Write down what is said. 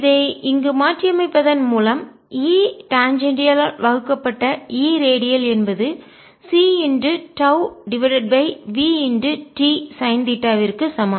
இதை இங்கு மாற்றியமைப்பதன் மூலம் E டான்ஜென்ஷியால் வகுக்கப்பட்ட E ரேடியல் என்பது c τ divided by vt sine theta விற்கு சமம்